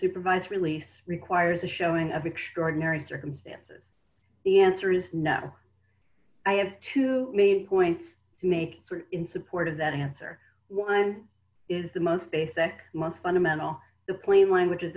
supervised release requires a showing of extraordinary circumstances the answer is no i have two main points to make in support of that answer one is the most basic one fundamental the plain language